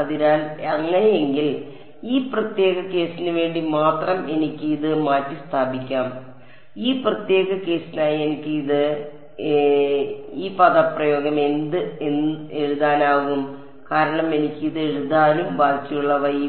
അതിനാൽ അങ്ങനെയെങ്കിൽ ഈ പ്രത്യേക കേസിന് വേണ്ടി മാത്രം എനിക്ക് ഇത് മാറ്റിസ്ഥാപിക്കാം ഈ പ്രത്യേക കേസിനായി എനിക്ക് ഇത് എന്ത് എഴുതാനാകും കാരണം എനിക്ക് ഇത് എഴുതാനും ബാക്കിയുള്ളവ ഈ